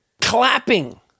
clapping